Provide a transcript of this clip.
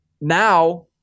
Now